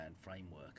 framework